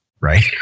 right